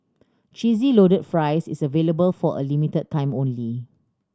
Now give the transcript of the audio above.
Cheesy Loaded Fries is available for a limited time only